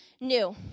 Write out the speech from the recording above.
new